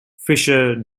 fischer